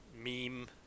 meme